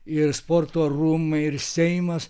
ir sporto rūmai ir seimas